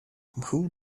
who